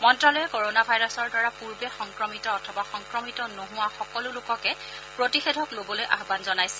মন্ত্ৰালয়ে কৰোনা ভাইৰাছৰ দ্বাৰা পূৰ্বে সংক্ৰমিত অথবা সংক্ৰমিত নোহোৱা সকলো লোককে প্ৰতিষেধক লবলৈ আহান জনাইছে